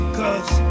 cause